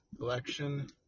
election